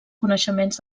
coneixements